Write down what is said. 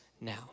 now